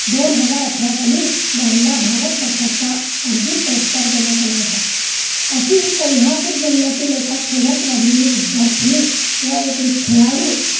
दोन हजार अठरा साली राहीला भारत सरकारचा अर्जुन पुरस्कार देण्यात आला होता अशी ही कोल्हापूर जिल्ह्यातील एका खेड्यात वाढलेली विद्यार्थिनी किंवा एक विद खेळाडू